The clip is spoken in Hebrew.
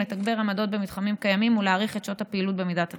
לתגבר עמדות במתחמים קיימים ולהאריך את שעות הפעילות במידת הצורך.